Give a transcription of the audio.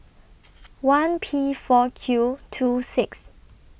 one P four Q two six